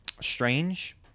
strange